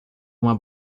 uma